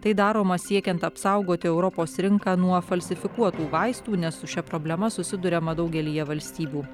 tai daroma siekiant apsaugoti europos rinką nuo falsifikuotų vaistų nes su šia problema susiduriama daugelyje valstybių